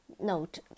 Note